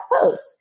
post